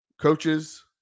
coaches